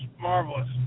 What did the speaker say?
marvelous